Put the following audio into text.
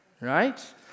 right